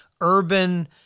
urban